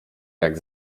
jak